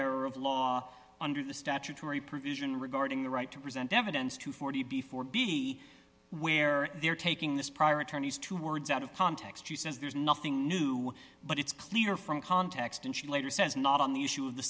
of law under the statutory provision regarding the right to present evidence to forty before be where they're taking this prior attorneys two words out of context who says there's nothing new but it's clear from context and she later says not on the issue of the